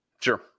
sure